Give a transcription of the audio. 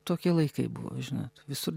tokie laikai buvo žinot visur